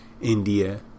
India